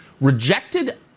rejected